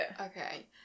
Okay